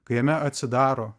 kai jame atsidaro